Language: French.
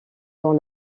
dans